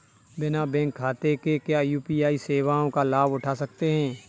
बिना बैंक खाते के क्या यू.पी.आई सेवाओं का लाभ उठा सकते हैं?